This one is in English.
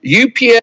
UPS